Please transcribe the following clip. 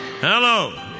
Hello